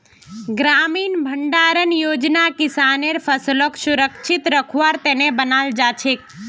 ग्रामीण भंडारण योजना किसानेर फसलक सुरक्षित रखवार त न बनाल गेल छेक